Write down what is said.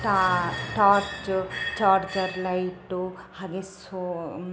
ಟಾ torch charger light ಹಾಗೆ so